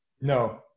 No